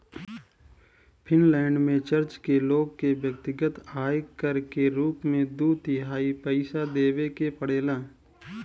Finland में church के लोग के व्यक्तिगत आय कर के रूप में दू तिहाई पइसा देवे के पड़ेला